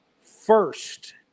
first